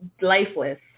lifeless